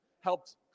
helped